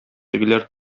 тегеләр